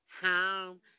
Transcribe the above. home